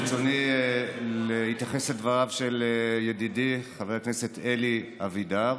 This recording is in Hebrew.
ברצוני להתייחס לדבריו של ידידי חבר הכנסת אלי אבידר,